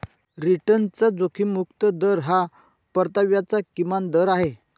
रिटर्नचा जोखीम मुक्त दर हा परताव्याचा किमान दर आहे